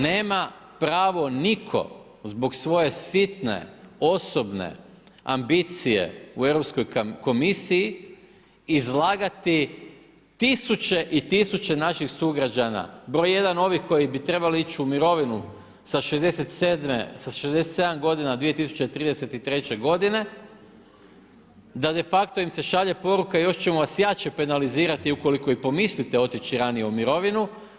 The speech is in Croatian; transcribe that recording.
Nema pravo nitko zbog svoje sitne osobne ambicije u Europskoj komisiji izlagati tisuće i tisuće naših sugrađana broj jedan ovih koji bi trebali ići u mirovinu sa 67 godina 2033. godine da de facto im se šalje poruka još ćemo vas jače penalizirati ukoliko i pomislite otići ranije u mirovinu.